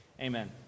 amen